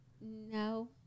No